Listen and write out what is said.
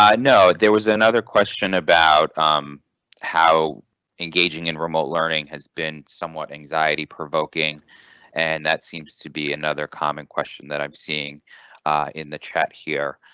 um no, there was another question about um how engaging in remote learning has been somewhat anxiety provoking and that seems to be another common question that i'm seeing in the chat here.